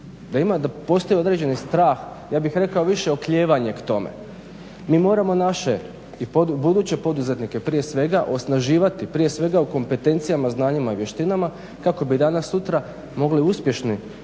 da postoji određeni strah, ja bih rekao više oklijevanje k tome. Mi moramo naše i buduće poduzetnike prije svega osnaživati, prije svega u kompentencijama, znanjima i vještinama kako bi danas sutra mogli uspješni